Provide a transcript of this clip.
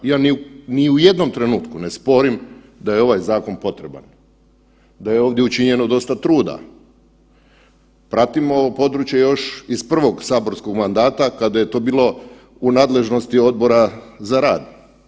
Ja ni u jednom trenutku ne sporim da je ovaj zakon potreban, da je ovdje učinjeno dosta truda, pratimo ovo područje još iz prvog saborskog mandata kada je to bilo u nadležnosti Odbora za rad.